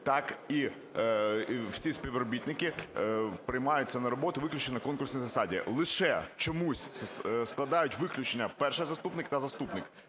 так і всі співробітники приймаються на роботу виключно на конкурсній засаді. Лише чомусь складають виключення перший заступник та заступник.